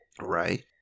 Right